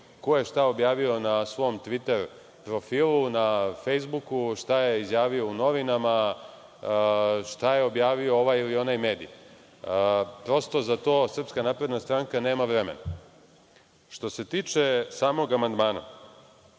ko je šta objavio na svom Tviter profilu, na Fejsbuku, šta je izjavio u novinama, šta je objavio ovaj ili onaj medij. Prosto, za to SNS nema vremena. Što se tiče samog amandmana,